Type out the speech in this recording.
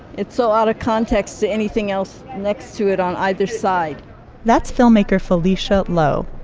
it's so out of context to anything else next to it on either side that's filmmaker felicia lowe.